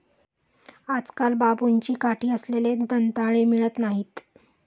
आजकाल बांबूची काठी असलेले दंताळे मिळत नाहीत